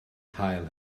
hail